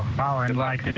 power like